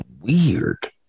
weird